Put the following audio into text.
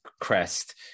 crest